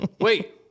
Wait